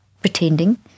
pretending